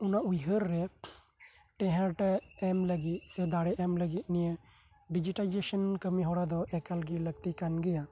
ᱚᱱᱟ ᱩᱭᱦᱟᱹᱨ ᱨᱮ ᱴᱮᱸᱦᱟᱰ ᱮᱢ ᱞᱟᱹᱜᱤᱫ ᱥᱮ ᱫᱟᱲᱮ ᱮᱢ ᱞᱟᱹᱜᱤᱫ ᱰᱤᱡᱤᱴᱮᱞᱟᱭᱡᱮᱥᱚᱱ ᱠᱟᱹᱢᱤ ᱫᱚ ᱮᱠᱟᱞ ᱜᱮ ᱞᱟᱹᱠᱛᱤ ᱠᱟᱱ ᱜᱮᱭᱟ